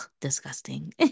disgusting